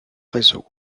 réseaux